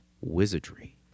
wizardry